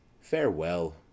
farewell